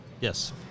Yes